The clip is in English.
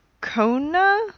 kona